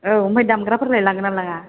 औ ओमफ्राय दामग्राफोरलाय लांगोन ना लाङा